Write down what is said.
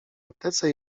aptece